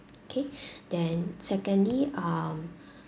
okay then secondly um